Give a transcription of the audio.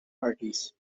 parties